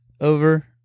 Over